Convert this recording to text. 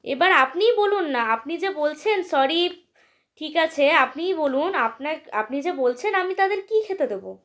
এবার আপনিই বলুন না আপনি যে বলছেন স্যরি ঠিক আছে আপনিই বলুন আপনার আপনি যে বলছেন আমি তাদের কী খেতে দেব